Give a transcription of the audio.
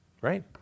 right